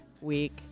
week